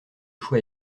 choix